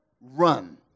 run